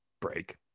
break